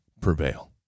prevail